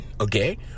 okay